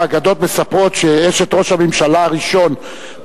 האגדות מספרות שאשת ראש הממשלה הראשון,